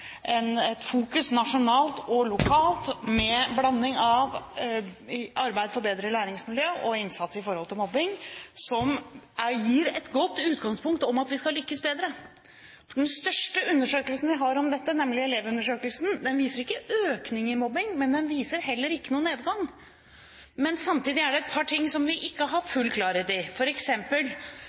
et fokus nasjonalt og lokalt, med en blanding av arbeid for bedre læringsmiljø og innsats i forhold til mobbing som gir et godt utgangspunkt for at vi skal lykkes bedre. Den største undersøkelsen vi har om dette, nemlig Elevundersøkelsen, viser ingen økning av mobbing, men den viser heller ikke noen nedgang. Samtidig er det et par ting vi ikke har full klarhet i.